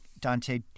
Dante